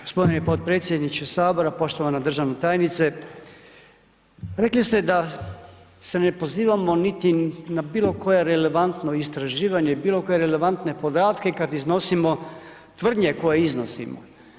g. Potpredsjedniče HS, poštovana državna tajnice, rekli ste da se ne pozivamo niti na bilo koje relevantno istraživanje, bilo koje relevantne podatke kad iznosimo tvrdnje koje iznosimo.